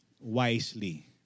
wisely